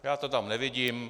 Já to tam nevidím.